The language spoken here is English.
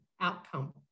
outcome